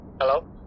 Hello